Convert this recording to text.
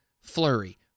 Flurry